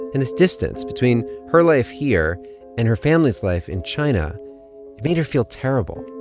and this distance between her life here and her family's life in china made her feel terrible.